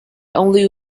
only